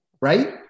right